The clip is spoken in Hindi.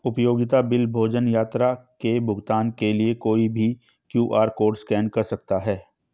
उपयोगिता बिल, भोजन, यात्रा के भुगतान के लिए कोई भी क्यू.आर कोड स्कैन कर सकता है